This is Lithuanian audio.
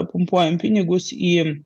pumpuojam pinigus į